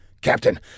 Captain